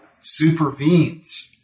supervenes